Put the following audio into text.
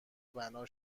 بنا